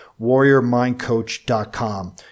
WarriorMindCoach.com